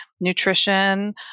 nutrition